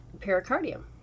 pericardium